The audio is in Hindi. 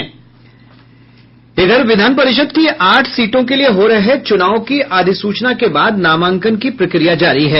विधान परिषद् की आठ सीटों के लिए हो रहे चुनाव की अधिसूचना के बाद नामांकन की प्रक्रिया जारी है